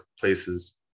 places